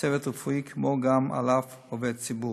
צוות רפואי, וכמו כן של שום עובד ציבור.